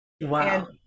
Wow